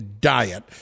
diet